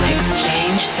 Exchange